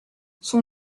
son